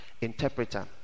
interpreter